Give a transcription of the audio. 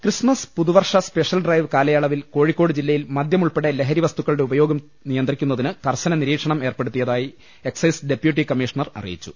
Christmas പുതുവർഷ special drive കാലയളവിൽ കോഴിക്കോട് ജില്ലയിൽ മദ്യമുൾപ്പെടെ ലഹരി വസ്തുക്കളുടെ ഉപയോഗം നിയന്ത്രിക്കുന്നതിന് കർശന നിരീക്ഷണം എർപ്പെടുത്തിയതായി എക്സൈസ് ഡെപ്യൂട്ടി കമ്മീഷണർ അറിയിച്ചു